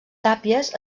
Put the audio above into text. tàpies